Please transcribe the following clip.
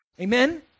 Amen